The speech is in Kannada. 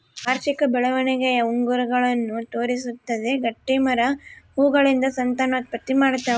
ವಾರ್ಷಿಕ ಬೆಳವಣಿಗೆಯ ಉಂಗುರಗಳನ್ನು ತೋರಿಸುತ್ತದೆ ಗಟ್ಟಿಮರ ಹೂಗಳಿಂದ ಸಂತಾನೋತ್ಪತ್ತಿ ಮಾಡ್ತಾವ